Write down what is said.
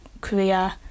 career